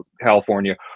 California